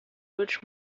which